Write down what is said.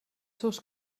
seus